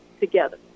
together